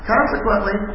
Consequently